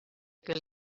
que